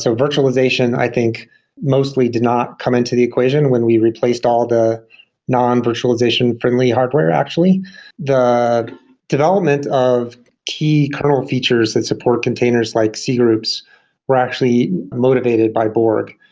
so virtualization i think mostly did not come into equation when we replaced all the non-virtualization-friendly hardware actually the development of key kernel features that support containers like c groups were actually motivated by borg.